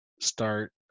start